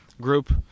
group